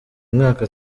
mwaka